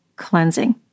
Cleansing